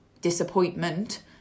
disappointment